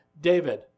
David